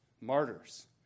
martyrs